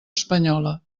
espanyola